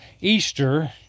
Easter